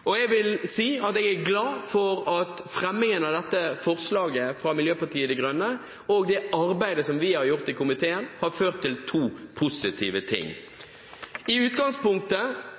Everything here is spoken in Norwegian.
Jeg er glad for at framsettelsen av dette forslaget fra Miljøpartiet De Grønne og det arbeidet som vi har gjort i komiteen, har ført til to positive ting. I utgangspunktet